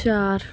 ਚਾਰ